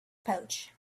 pouch